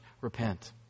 repent